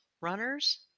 runners